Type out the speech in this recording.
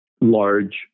large